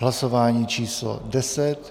Hlasování číslo 10.